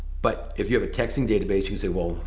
but if you have a texting database, you say, well,